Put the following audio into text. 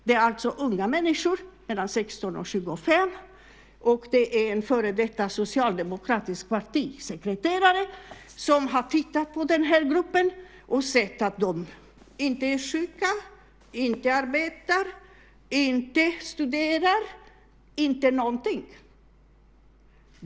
Det är alltså unga människor, mellan 16 och 25, och det är en före detta socialdemokratisk partisekreterare som har tittat på den här gruppen och sett att den innehåller människor som inte är sjuka, inte arbetar, inte studerar - inte någonting.